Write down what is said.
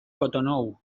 cotonou